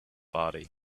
body